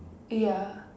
ya